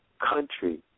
country